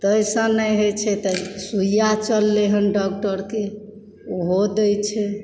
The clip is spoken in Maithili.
ताहिसँ नहि होयत छै तऽ सुइआ चललय हँ डाक्टरके ओहो दैत छै